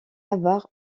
avare